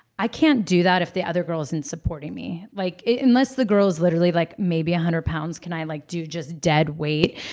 i can't do that if the other girl isn't supporting me. like unless the girl is literally like maybe one hundred pounds can i like do just dead weight,